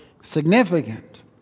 significant